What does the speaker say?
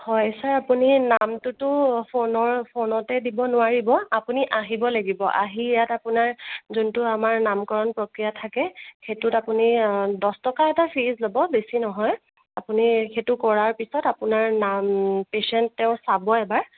হয় ছাৰ আপুনি নামটোতো ফোনৰ ফোনতে দিব নোৱাৰিব আপুনি আহিব লাগিব আহি ইয়াত আপোনাৰ যোনটো আমাৰ নামকৰণ প্ৰক্ৰিয়া থাকে সেইটোত আপুনি দহ টকা এটা ফীজ ল'ব বেছি নহয় আপুনি সেইটো কৰাৰ পিছত আপোনাৰ নাম পেছেণ্ট তেওঁ চাব এবাৰ